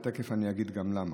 ותכף אני אגיד למה.